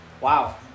Wow